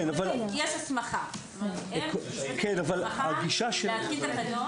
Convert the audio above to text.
משפטית, יש הסמכה להתקין תקנות.